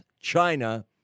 China